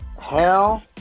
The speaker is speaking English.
Hell